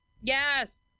Yes